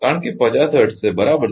કારણ કે 50 હર્ટ્ઝ છે બરાબર